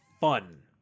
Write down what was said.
fun